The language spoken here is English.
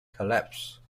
collapse